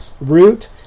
root